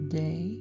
day